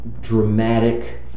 dramatic